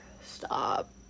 stop